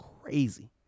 crazy